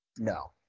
no